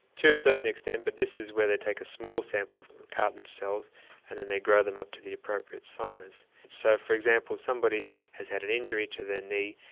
to a certain extent but this is where they take a small sample of cartilage cells and then they grow them up to the appropriate size. so for example if somebody has had an injury to their knee,